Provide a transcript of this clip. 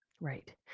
Right